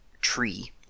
tree